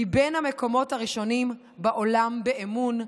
היא בין המקומות הראשונים בעולם באמון.